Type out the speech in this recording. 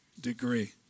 degree